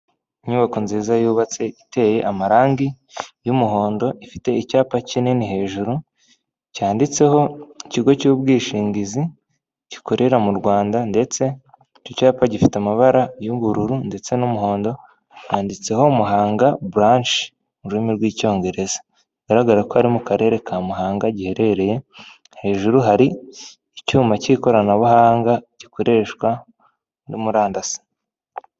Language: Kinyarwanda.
Inyubako nziza yubatse iteye amarangi y'umuhondo ifite icyapa kinini hejuru cyanditseho ikigo cy'ubwishingizi gikorera mu Rwanda ndetse icyo cyapa gifite amabara y'ubururu ndetse n'umuhondo handitseho muhanga branch mu rurimi rw'icyongereza bigaragara ko ari mu karere ka muhanga giherereye hejuru hari icyuma cy'ikoranabuhanga gikoreshwa na murandasi .